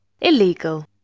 illegal